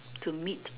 to meet